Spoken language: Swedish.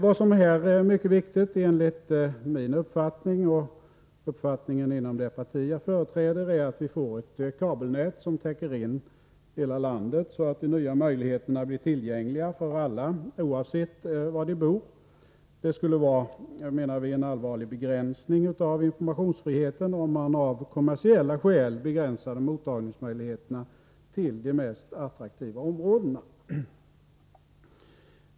Vad som enligt min uppfattning och uppfattningen inom det parti jag företräder är mycket viktigt är att vi får ett kabelnät som täcker in hela landet, så att de nya möjligheterna blir tillgängliga för alla oavsett var de bor. Det skulle vara en allvarlig begränsning av informationsfriheten om man av kommersiella skäl begränsade mottagningsmöjligheterna till de mest attraktiva områdena.